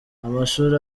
amashuri